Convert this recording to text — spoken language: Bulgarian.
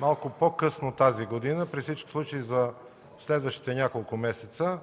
малко по-късно тази година, при всички случаи през следващите няколко месеца,